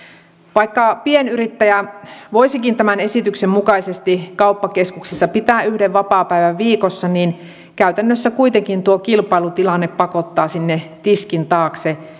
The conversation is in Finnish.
vaikka pienyrittäjä voisikin tämän esityksen mukaisesti kauppakeskuksissa pitää yhden vapaapäivän viikossa niin käytännössä kuitenkin tuo kilpailutilanne pakottaa sinne tiskin taakse